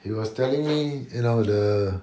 he was telling me you know the